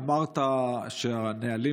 אמרת שהנהלים